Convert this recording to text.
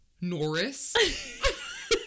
Norris